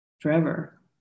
forever